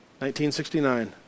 1969